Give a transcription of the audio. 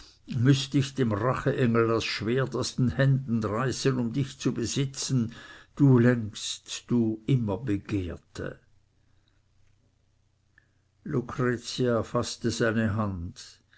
müßt ich dem racheengel das schwert aus den händen reißen um dich zu besitzen du längst du immer begehrte lucretia faßte seine hand